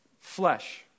flesh